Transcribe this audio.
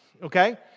okay